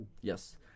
Yes